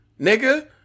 nigga